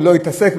ולא התעסק,